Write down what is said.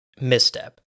misstep